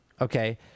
okay